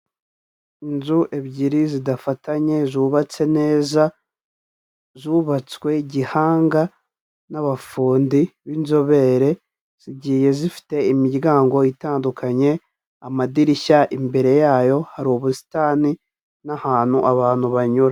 Inzu ebyiri zidafatanye zubatse neza zubatswe gihanga n'abafundi b'inzobere, zigiye zifite imiryango itandukanye, amadirishya, imbere yayo hari ubusitani n'ahantu abantu banyura.